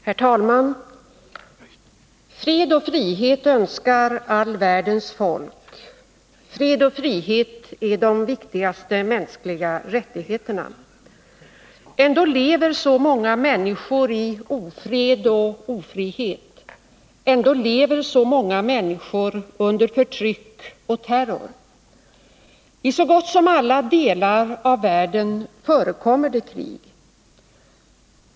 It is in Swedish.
Herr talman! Fred och frihet önskar all världens folk. Fred och frihet är de viktigaste mänskliga rättigheterna. Ändå lever så många människor i ofred och ofrihet. Ändå lever så många människor under förtryck och terror. I så gott som alla delar av världen förekommer krig.